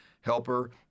Helper